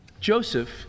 Joseph